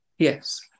yes